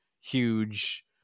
huge